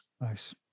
nice